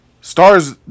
Stars